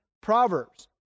proverbs